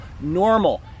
normal